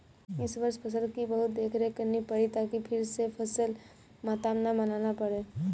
इस वर्ष फसल की बहुत देखरेख करनी पड़ी ताकि फिर से फसल मातम न मनाना पड़े